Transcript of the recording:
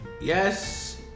Yes